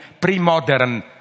pre-modern